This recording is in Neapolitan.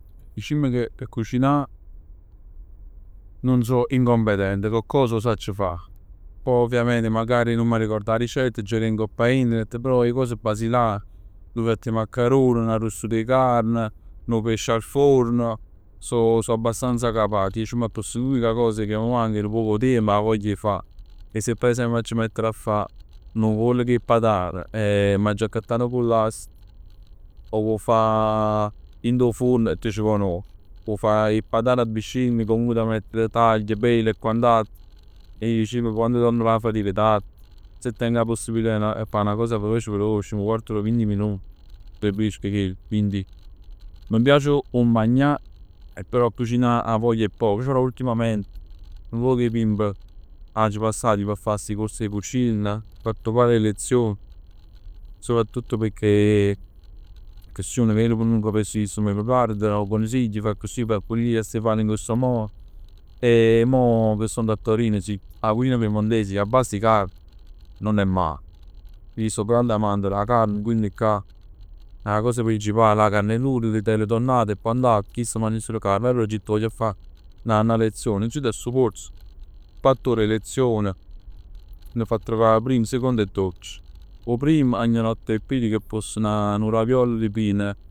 Dicimm che che cucinà nun so incopretente, coccos sacc fa, poi ovviamente magari nun m'arricord 'a ricett, aggia vede ngopp a internet, però 'e cose basilari. Nu piatt 'e maccarun, n'arrostut 'e carn, nu pesce al forno, so so abbastanza capace. Dicimm che l'unica cosa che manca è 'o tiemp e 'a voglia 'e fa. E se per esempio m'aggia mettere a fa nu poll cu 'e patan e m'aggia accattà nu pullast, 'o vuò fa dint 'o furn e c' vò n'ora, 'o vuò fa cu 'e patan vicin e comunque t' 'a mettere. Taglia, pela e quant'altro e ij dicimm che quando torn d' 'a fatic tardi, se tengo 'a possibilità 'e fa 'na cosa veloce veloce, nu quart d'ora, vint minut, preferisco chell. Quindi, m' piace 'o magnà e però 'a cucinà 'a voglia è poca, però ultimament nu poc 'e tiemp aggia passat p' fa sti corsi 'e cucina, aggia fatt nu par 'e lezion. Soprattutto pecchè accussì mi ver pur nu professionista, m' guarda e m' da nu consiglio, accussì accullì e s' fa in questo modo. E mo che stong a Torino sì. 'A cucina piemontese è a base 'e carne nun è male. Ij so grande amante d' 'a carne, quindi ccà 'a cosa principale è 'a carne in umido, vitello tonnato e quant'altro, chist magnan sul carne. E quindi aggio ditt vogl ji a fa 'na lezione. Aggio jut a stu corso, quatt'ore 'e lezione. M'anna fatt preparà primo second e dolce. 'O primo agnolotto al plin ca foss 'na, nu raviolo ripien.